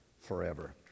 forever